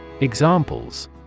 Examples